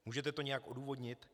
Můžete to nějak odůvodnit?